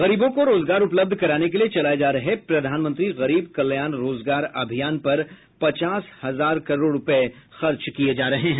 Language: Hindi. गरीबों को रोजगार उपलब्ध कराने के लिए चलाए जा रहे प्रधानमंत्री गरीब कल्याण रोजगार अभियान पर पचास हजार करोड़ रुपए खर्च किए जा रहे हैं